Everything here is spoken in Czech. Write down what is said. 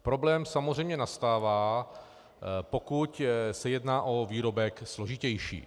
Problém samozřejmě nastává, pokud se jedná o výrobek složitější.